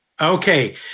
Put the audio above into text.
Okay